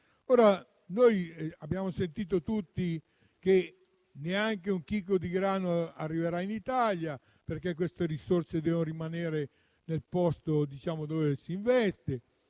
Abbiamo sentito tutti che neanche un chicco di grano arriverà in Italia, perché quelle risorse devono rimanere dove si investe;